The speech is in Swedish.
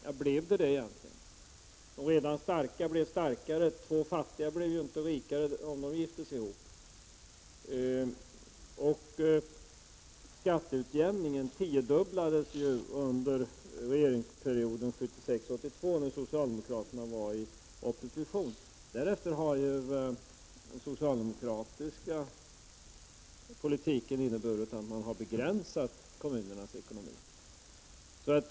Ja, blev det det egentligen? De redan starka blev starkare. Två fattiga blev ju inte rikare om de giftes ihop. Skatteutjämningen tiodubblades ju under regeringsperioden 1976-82 när socialdemokraterna var i opposition. Därefter har ju den socialdemokratiska politiken inneburit att man har begränsat kommunernas ekonomi.